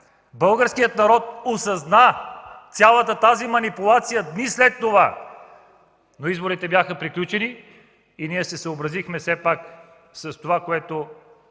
Българският народ осъзна цялата тази манипулация дни след това, но изборите бяха приключили и ние се съобразихме с това, което